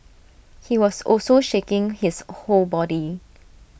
he was also shaking his whole body